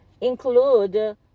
include